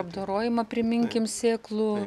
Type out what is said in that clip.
apdorojimą priminkim sėklų